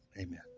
Amen